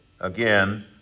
Again